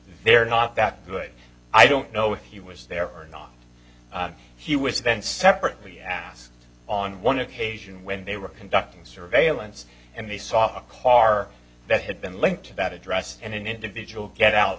they're not that good i don't know if he was there or not he was then separately asked on one occasion when they were conducting surveillance and they saw a car that had been linked to that address and an individual get out